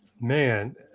Man